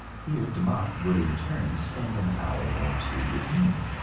here demotte would in turn spend an hour or two with me,